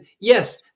yes